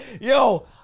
Yo